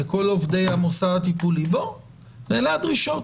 לכל עובדי המוסד הטיפולי שאלה הדרישות.